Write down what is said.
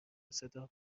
صدا